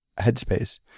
headspace